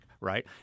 right